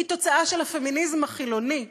היא תוצאה של הפמיניזם החילוני,